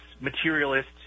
materialist